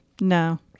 no